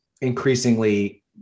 increasingly